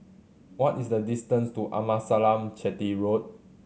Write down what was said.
what is the distance to Amasalam Chetty Road